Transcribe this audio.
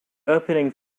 opening